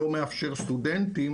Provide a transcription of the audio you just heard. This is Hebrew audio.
לא מאפשר סטודנטים,